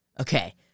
Okay